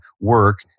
work